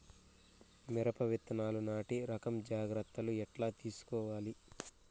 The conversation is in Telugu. మిరప విత్తనాలు నాటి రకం జాగ్రత్తలు ఎట్లా తీసుకోవాలి?